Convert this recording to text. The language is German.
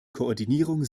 koordinierung